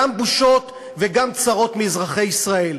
גם בושות, וגם צרות מאזרחי ישראל.